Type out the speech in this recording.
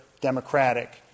democratic